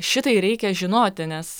šitai reikia žinoti nes